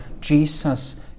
Jesus